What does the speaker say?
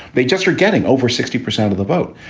they just are getting over sixty percent of the vote.